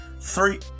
three